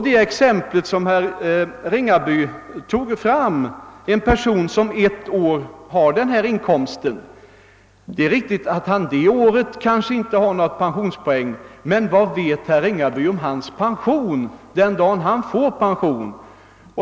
Det är riktigt att en person som ett år har en viss inkomst kanske just då inte uppnår någon pensionspoäng, men vad vet herr Ringaby om hans pension den dag då han får den?